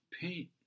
paint